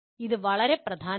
ഇത് വളരെ പ്രധാനമാണ്